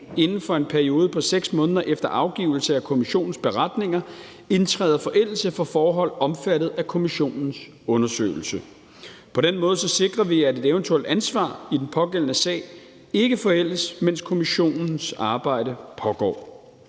inden for en periode på 6 måneder efter afgivelse af kommissionens beretninger indtræder forældelse for forhold omfattet af kommissionens undersøgelse. På den måde sikrer vi, at et eventuelt ansvar i den pågældende sag ikke forældes, mens kommissionens arbejde pågår.